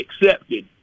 accepted